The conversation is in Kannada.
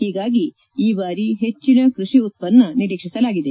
ಹೀಗಾಗಿ ಈ ಬಾರಿ ಹೆಚ್ಚಿನ ಕೃಷಿ ಉತ್ಪನ್ನ ನಿರೀಕ್ಷಿಸಲಾಗಿದೆ